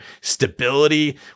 stability